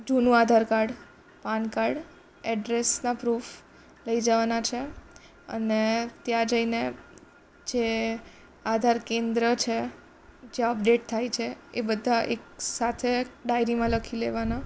જૂનું Aadhaar card PAN card એડ્રેસનાં proof લઈ જવાના છે અને ત્યાં જઈને જે આધાર કેન્દ્ર છે જે અપડેટ થાય છે એ બધા એકસાથે ડાયરીમાં લખી લેવાના